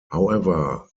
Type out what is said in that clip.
however